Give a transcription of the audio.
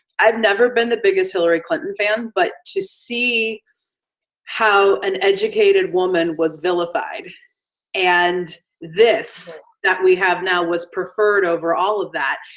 i've never never been the biggest hillary clinton fan, but to see how an educated woman was vilified and this that we have now was preferred over all of that,